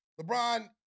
LeBron